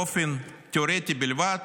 באופן תיאורטי בלבד,